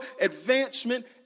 advancement